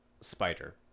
spider